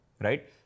right